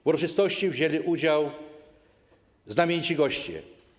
W uroczystości wzięli udział znamienici goście.